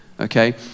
okay